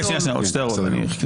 עוד שתי הערות.